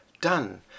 done